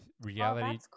reality